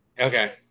Okay